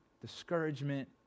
discouragement